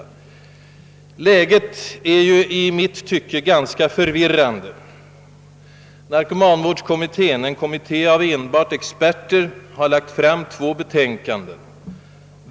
Läget är i mitt tycke ganska förvirrande. Narkomanvårdskommittén, en kommitté av enbart experter, har lagt fram två betänkanden.